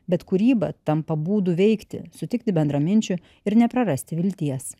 bet kūryba tampa būdu veikti sutikti bendraminčių ir neprarasti vilties